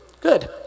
Good